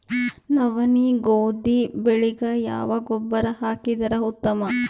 ನವನಿ, ಗೋಧಿ ಬೆಳಿಗ ಯಾವ ಗೊಬ್ಬರ ಹಾಕಿದರ ಉತ್ತಮ?